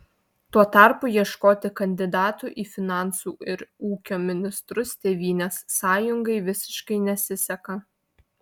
tuo tarpu ieškoti kandidatų į finansų ir ūkio ministrus tėvynės sąjungai visiškai nesiseka